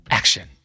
action